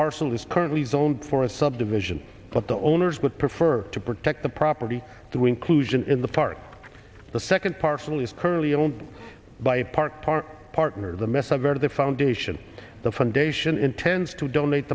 parcel is currently zoned for a subdivision but the owners would prefer to protect the property through inclusion in the park the second parcel is currently owned by park our partner the message board of the foundation the foundation intends to donate